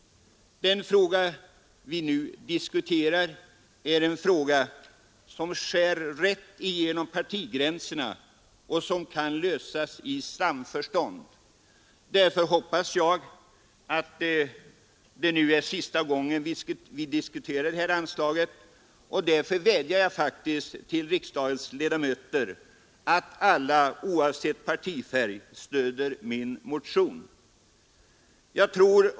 Den fråga vi nu diskuterar är en fråga som skär rätt igenom partierna och som kan lösas i samförstånd. Därför hoppas jag att det nu är sista gången vi diskuterar det här anslaget, och jag vädjar till riksdagens ledamöter att alla, oavsett partifärg, stödjer min motion.